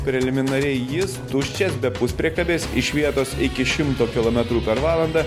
preliminariai jis tuščias be puspriekabės iš vietos iki šimto kilometrų per valandą